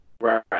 Right